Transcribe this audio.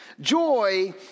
Joy